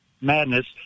madness